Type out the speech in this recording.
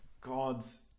God's